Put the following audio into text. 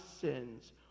sins